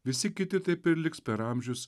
visi kiti taip ir liks per amžius